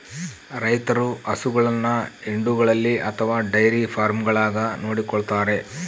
ರೈತರು ಹಸುಗಳನ್ನು ಹಿಂಡುಗಳಲ್ಲಿ ಅಥವಾ ಡೈರಿ ಫಾರ್ಮ್ಗಳಾಗ ನೋಡಿಕೊಳ್ಳುತ್ತಾರೆ